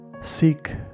Seek